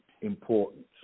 important